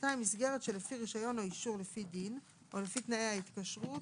(2)מסגרת שלפי רישיון או אישור לפי דין או לפי תנאי התקשרות,